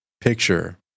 picture